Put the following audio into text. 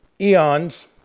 eons